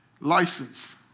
license